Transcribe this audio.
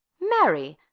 marry,